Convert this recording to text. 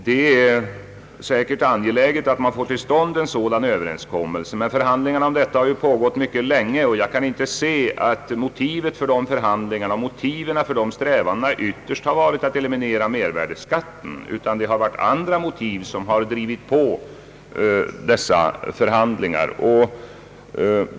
Det är säkert angeläget att man får till stånd en sådan överenskommelse, men förhandlingarna om detta har pågått mycket länge och jag kan inte se, att motiven för dessa förhandlingar och strävanden ytterst har varit att eliminera mervärdeskatten, utan dessa förhandlingar har drivits på av andra skäl.